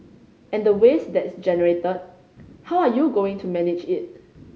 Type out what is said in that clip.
and the waste that's generated how are you going to manage it